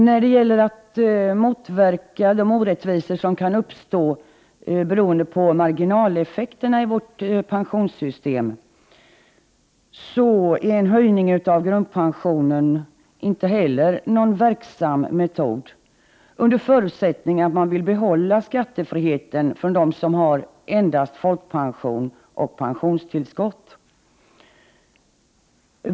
När det gäller att motverka de orättvisor som kan uppstå beroende på marginaleffekterna i vårt pensionssystem är en höjning av grundpensionen inte heller någon verksam metod, under förutsättning att man vill behålla skattefriheten för den som har endast folkpension och pensionstillskott.